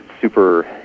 super